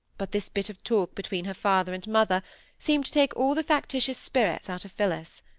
but this bit of talk between her father and mother seemed to take all the factitious spirits out of phillis.